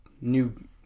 new